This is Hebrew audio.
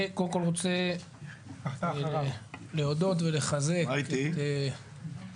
אני קודם כל רוצה להודות ולחזק את צה"ל,